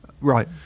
right